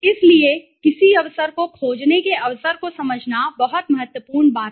इसलिए किसी अवसर को खोजने के अवसर को समझना बहुत महत्वपूर्ण बात है